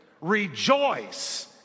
rejoice